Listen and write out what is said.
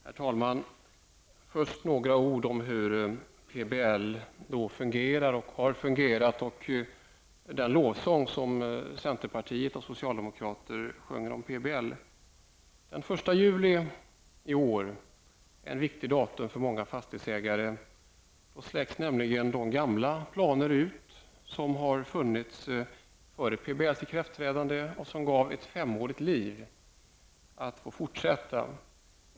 Herr talman! Först några ord om hur PBL fungerar och har fungerat och om den lovsång som centerpartister och socialdemokrater sjunger om Den 1 juli i år är ett viktigt datum för många fastighetsägare. Då upphör nämligen de gamla planer som har funnits före PBLs ikraftträdande. Dessa planer innebar ett fortsatt femårigt liv.